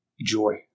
joy